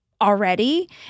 already